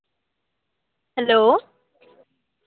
hello